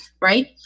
Right